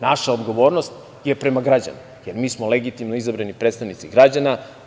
Naša odgovornost je prema građanima, jer mi smo legitimno izabrani predstavnici građana.